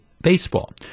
baseball